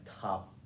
top